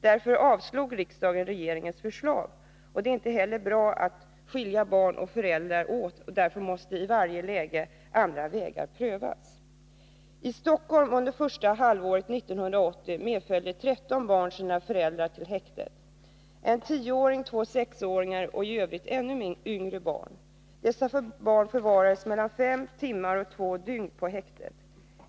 Därför avslog riksdagen regeringens förslag. Det är inte heller bra att skilja barn och föräldrar åt. Därför måste i varje läge andra vägar prövas. I Stockholm medföljde under första halvåret 1980 tretton barn sina föräldrar till häktet — en tioåring, två sexåringar och i övrigt ännu yngre barn. Dessa barn förvarades på häktet mellan fem timmar och två dygn.